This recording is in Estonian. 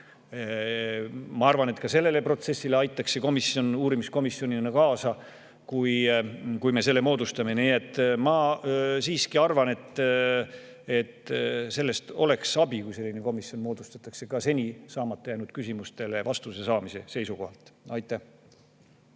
Ma arvan, et ka sellele protsessile aitaks see komisjon uurimiskomisjonina kaasa, kui me selle moodustame. Nii et ma siiski arvan, et sellest oleks abi, kui selline komisjon moodustatakse, ka seni [vastamata] jäänud küsimustele vastuse saamise seisukohalt. Riina